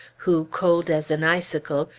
who, cold as an icicle,